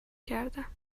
کردم